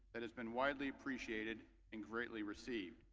that has been widely appreciated and greatly received.